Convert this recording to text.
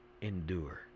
Endure